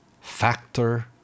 Factor